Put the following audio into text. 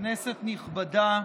כנסת נכבדה,